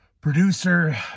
producer